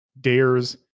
Dares